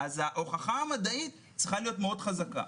אז ההוכחה המדעית צריכה להיות מאוד חזקה.